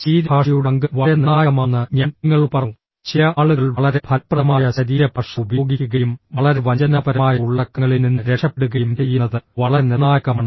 ശരീരഭാഷയുടെ പങ്ക് വളരെ നിർണായകമാണെന്ന് ഞാൻ നിങ്ങളോട് പറഞ്ഞു ചില ആളുകൾ വളരെ ഫലപ്രദമായ ശരീരഭാഷ ഉപയോഗിക്കുകയും വളരെ വഞ്ചനാപരമായ ഉള്ളടക്കങ്ങളിൽ നിന്ന് രക്ഷപ്പെടുകയും ചെയ്യുന്നത് വളരെ നിർണായകമാണ്